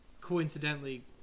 coincidentally